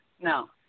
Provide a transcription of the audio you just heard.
No